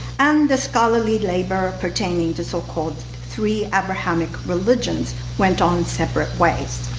and the scholarly labor pertaining to so-called three abrahamic religions went on separate ways.